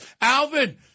Alvin